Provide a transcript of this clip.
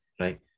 right